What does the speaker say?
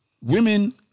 women